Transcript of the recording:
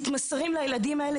מתמסרים לילדים האלה.